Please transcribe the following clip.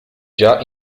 già